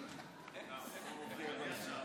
לך לאט,